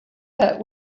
that